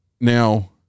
now